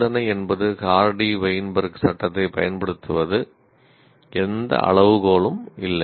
நிபந்தனை என்பது Hardy Weinberg சட்டத்தைப் பயன்படுத்துவது எந்த அளவுகோலும் இல்லை